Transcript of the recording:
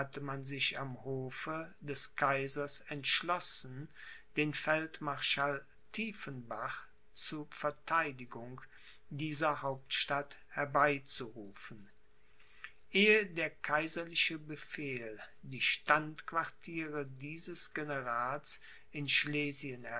sich am hofe des kaisers entschlossen den feldmarschall tiefenbach zu verteidigung dieser hauptstadt herbei zu rufen ehe der kaiserliche befehl die standquartiere dieses generals in schlesien